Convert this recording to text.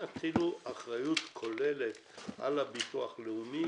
רצינו אחריות כוללת על הביטוח הלאומי,